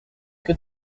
que